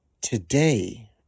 Today